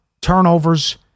Turnovers